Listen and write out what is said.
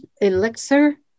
elixir